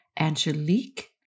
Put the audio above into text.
Angelique